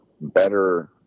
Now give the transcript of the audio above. better